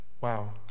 Wow